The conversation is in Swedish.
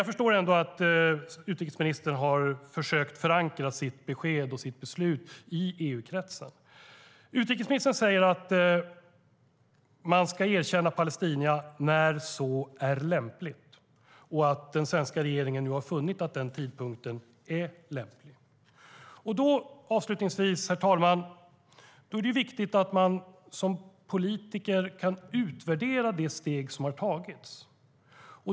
Jag förstår ändå att utrikesministern har försökt förankra sitt besked och sitt beslut i EU-kretsen. Utrikesministern säger att man ska erkänna Palestina när så är lämpligt och att den svenska regeringen nu har funnit att den tidpunkten är lämplig. Herr talman! Då är det viktigt att man som politiker kan utvärdera det steg som har tagits.